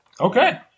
Okay